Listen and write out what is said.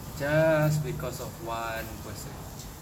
just because of one person